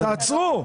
תעצרו.